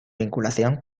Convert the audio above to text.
vinculación